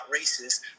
racist